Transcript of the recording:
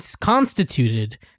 constituted